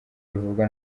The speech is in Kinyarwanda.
bivugwa